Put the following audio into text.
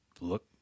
Look